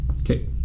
Okay